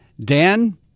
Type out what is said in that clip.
Dan